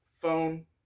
phone